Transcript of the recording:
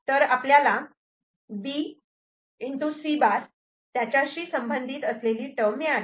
तऱ् आपल्याला B C' त्याच्याशी संबंधित असलेली टर्म मिळाली